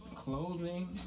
clothing